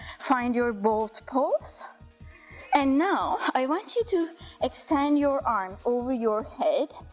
find your boat pose and now i want you to extend your arms over your head,